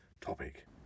topic